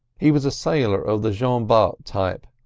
he was a sailor of the jean bart type,